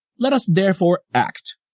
let us therefore act,